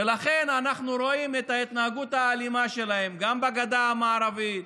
ולכן אנחנו רואים את ההתנהגות האלימה שלהם גם בגדה המערבית